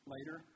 Later